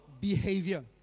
behavior